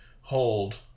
hold